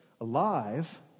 alive